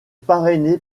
parrainé